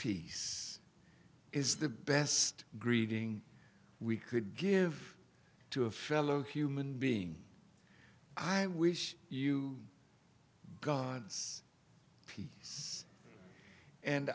peace is the best greeting we could give to a fellow human being i wish you god